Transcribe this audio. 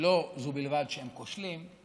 לא זו בלבד שהם כושלים,